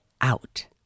out